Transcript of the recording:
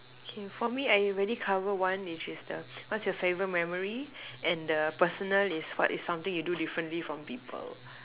K for me I already covered one which is the what's your favourite memory and the personal is what is something you do differently from people